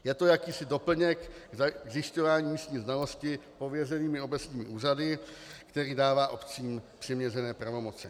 Je to jakýsi doplněk k zjišťování místní znalosti pověřenými obecními úřady, který dává obcím přiměřené pravomoci.